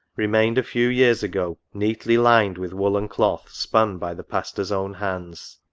remained a few years ago neatly lined with woollen cloth spun by the pastor's own hands.